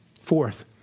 Fourth